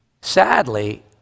Sadly